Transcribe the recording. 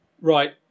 Right